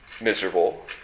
miserable